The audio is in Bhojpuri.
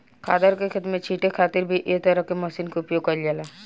खादर के खेत में छींटे खातिर भी एक तरह के मशीन के उपयोग कईल जाला